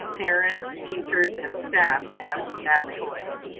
parents, teachers, and staff to have that choice.